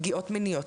פגיעות מיניות,